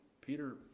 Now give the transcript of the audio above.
Peter